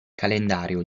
calendario